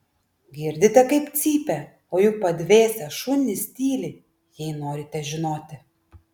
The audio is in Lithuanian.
girdite kaip cypia o juk padvėsę šunys tyli jei norite žinoti